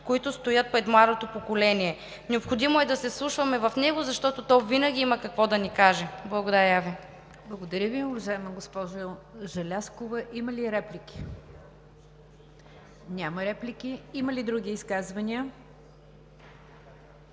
които стоят пред младото поколение. Необходимо е да се вслушваме в него, защото то винаги има какво да ни каже. Благодаря Ви. ПРЕДСЕДАТЕЛ НИГЯР ДЖАФЕР: Благодаря Ви, уважаема госпожо Желязкова. Има ли реплики? Няма. Има ли други изказвания?